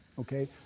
Okay